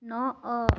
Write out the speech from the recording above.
ନଅ